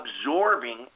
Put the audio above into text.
absorbing